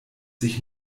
sich